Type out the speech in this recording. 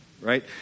right